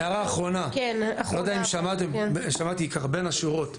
הערה אחרונה: שמעתי בין השורות,